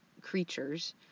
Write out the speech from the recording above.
creatures